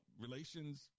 relations